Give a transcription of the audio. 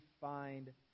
find